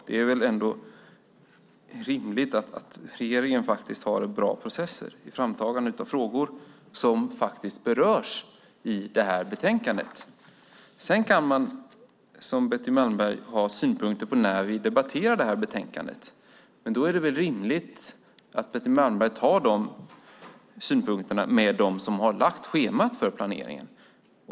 Och det är väl rimligt att regeringen faktiskt har bra processer i framtagandet av frågor som berörs i det här betänkandet. Sedan kan man som Betty Malmberg ha synpunkter på när vi debatterar det här betänkandet, men då är det väl rimligt att Betty Malmberg tar upp de synpunkterna med dem som har lagt schemat för planeringen.